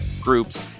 groups